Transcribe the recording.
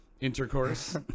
Intercourse